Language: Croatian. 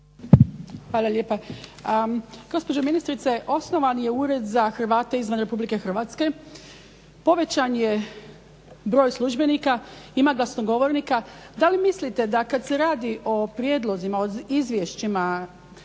Hvala lijepa. A gospođo ministrice, osnovan je Ured za Hrvate izvan Republike Hrvatske, povećan je broj službenika, ima glasnogovornika. Da li mislite da kad se radi o prijedlozima, o izvješćima koji se